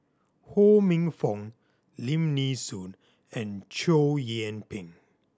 Ho Minfong Lim Nee Soon and Chow Yian Ping